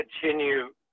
continue